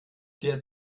der